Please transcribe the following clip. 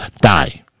die